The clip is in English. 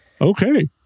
Okay